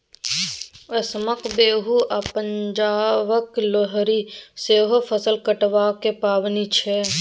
असमक बिहू आ पंजाबक लोहरी सेहो फसल कटबाक पाबनि छै